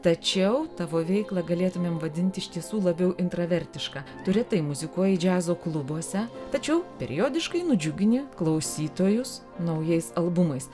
tačiau tavo veiklą galėtumėm vadint iš tiesų labiau intravertiška tu retai muzikuoji džiazo klubuose tačiau periodiškai nudžiugini klausytojus naujais albumais